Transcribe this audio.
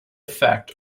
effect